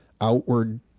outward